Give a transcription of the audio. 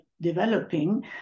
developing